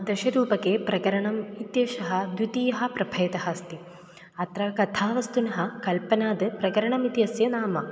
दशरूपके प्रकरणम् इत्येषः द्वितीयः प्रभेदः अस्ति अत्र कथा वस्तुनः कल्पनाद् प्रकरणम् इत्यस्य नाम